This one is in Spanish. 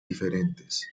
diferentes